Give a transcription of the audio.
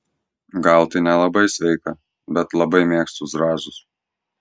gal tai nelabai sveika bet labai mėgstu zrazus